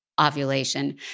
ovulation